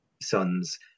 sons